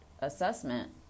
assessment